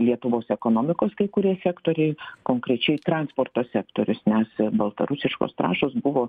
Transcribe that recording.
lietuvos ekonomikos kai kurie sektoriai konkrečiai transporto sektorius nes baltarusiškos trąšos buvo